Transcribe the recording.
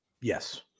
Yes